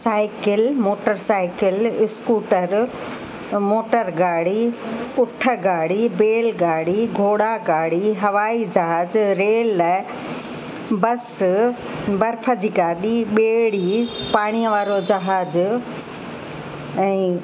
cycle motorcycle scooter motor गाड़ी उठ गाड़ी बैल गाड़ी घोड़ा गाड़ी हवाई जहाज रेल लाइ बस बर्फ़ जी गाॾी ॿेड़ी पाणीअ वारो जहाज ऐं